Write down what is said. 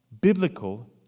biblical